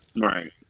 Right